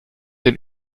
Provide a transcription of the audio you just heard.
den